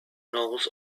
knows